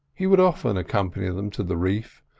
he would often accompany them to the reef,